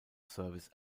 service